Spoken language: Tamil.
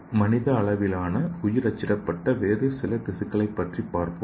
மனித அளவிலான உயிர் அச்சிடப்பட்ட வேறு சில திசுக்களைப் பற்றி பார்ப்போம்